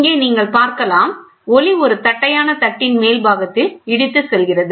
இங்கே நீங்கள் பார்க்கலாம் ஒளி ஒரு தட்டையான தட்டின் மேல் பாகத்தில் இடித்து செல்கிறது